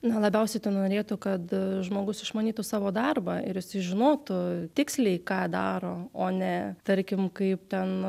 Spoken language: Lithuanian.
na labiausiai to norėtų kad žmogus išmanytų savo darbą ir jisai žinotų tiksliai ką daro o ne tarkim kaip ten